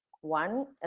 one